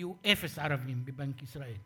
היו אפס ערבים בבנק ישראל.